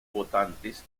votantes